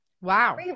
Wow